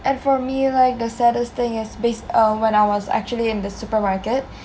and for me like the saddest thing is bas~ uh when I was actually in the supermarket